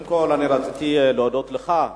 קודם כול רציתי להודות לך,